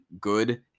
good